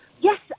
Yes